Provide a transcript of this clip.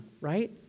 right